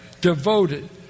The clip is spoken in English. Devoted